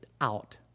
out